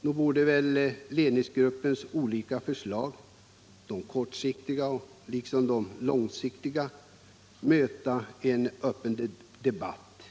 Nog borde ledningsgruppens olika förslag av kortsiktig och långsiktig natur kunna möta en öppen debatt,